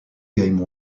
game